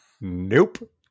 Nope